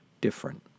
different